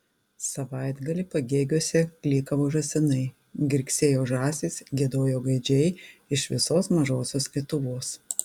savaitgalį pagėgiuose klykavo žąsinai girgsėjo žąsys giedojo gaidžiai iš visos mažosios lietuvos